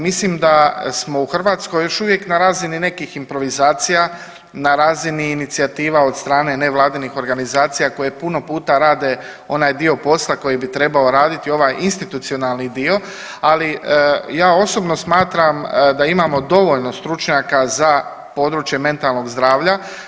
Mislim da smo u Hrvatskoj još uvijek na razini nekih improvizacija, na razini nekih improvizacija, na razini inicijativa od strane nevladinih organizacija koje puno puta rade onaj dio posla koji bi trebao raditi ovaj institucionalni dio, ali ja osobno smatram da imamo dovoljno stručnjaka za područje mentalnog zdravlja.